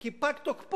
כי פג תוקפו,